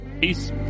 Peace